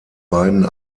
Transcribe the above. beiden